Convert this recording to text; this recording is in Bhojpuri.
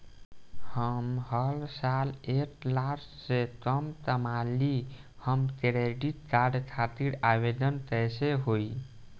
हम हर साल एक लाख से कम कमाली हम क्रेडिट कार्ड खातिर आवेदन कैसे होइ?